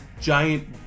giant